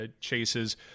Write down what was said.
chases